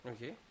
Okay